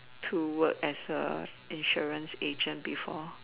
to work as a insurance agent before